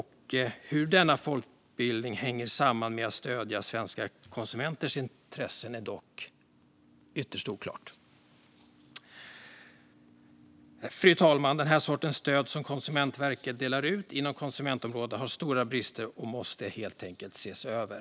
Hur denna folkbildning hänger samman med att stödja svenska konsumenters intressen är dock ytterst oklart. Den här sortens stöd som Konsumentverket delar ut inom konsumentområdet har stora brister och måste helt enkelt ses över.